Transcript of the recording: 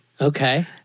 Okay